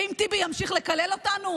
ואם טיבי ימשיך לקלל אותנו,